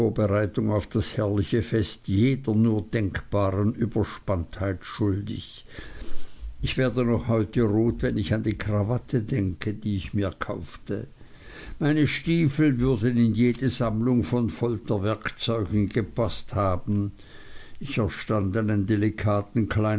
vorbereitung auf das herrliche fest jeder nur denkbaren überspanntheit schuldig ich werde noch heute rot wenn ich an die krawatte denke die ich mir kaufte meine stiefel würden in jede sammlung von folterwerkzeugen gepaßt haben ich erstand einen delikaten